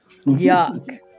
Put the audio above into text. Yuck